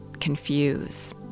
confuse